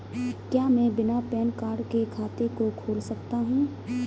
क्या मैं बिना पैन कार्ड के खाते को खोल सकता हूँ?